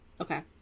Okay